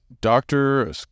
doctor